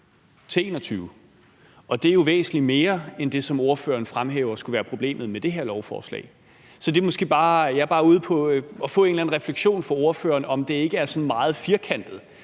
2021, og det er jo væsentlig mere end det, som ordføreren fremhæver skulle være problemet med det her lovforslag. Så jeg er bare ude på at få en eller anden refleksion fra ordføreren om, om det ikke er sådan meget firkantet,